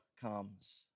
comes